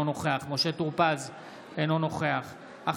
אינו נוכח משה טור פז,